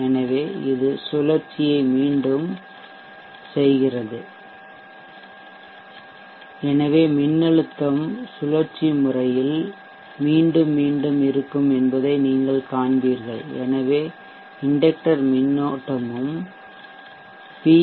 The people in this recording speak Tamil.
எனவே இது சுழற்சியை மீண்டும் செய்கிறது எனவே மின்னழுத்தம் சுழற்சிமுறையில் மீண்டும் மீண்டும் இருக்கும் என்பதை நீங்கள் காண்பீர்கள் எனவே இண்டெக்டர் மின்னோட்டமும் பி